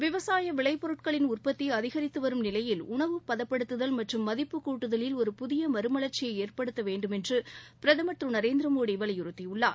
விவசாய விளை பொருட்களின் உற்பத்தி அதிகரித்து வரும் நிலையில் உணவு பதப்படுத்துதல் மற்றும் மதிப்புக் கூட்டுதலில் ஒரு புதிய மறுமலா்ச்சியை ஏற்படுத்த வேண்டுமென்று பிரதம் திரு நரேந்திரமோடி வலியுறுத்தியுள்ளார்